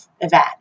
event